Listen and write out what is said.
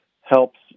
helps